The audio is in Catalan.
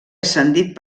ascendit